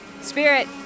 spirit